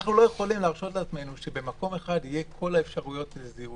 אנו לא יכולים להרשות לעצמנו שבמקום אחד יהיו כל האפשרויות לזיהוי,